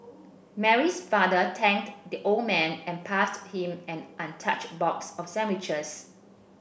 Mary's father thanked the old man and passed him an untouched box of sandwiches